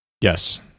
Yes